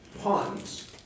puns